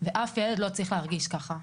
ואף ילד לא צריך להרגיש ככה.